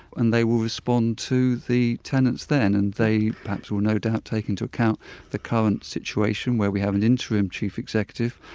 and they will respond to the tenants then. and they perhaps will no doubt take into account the current situation where we have an interim chief executive,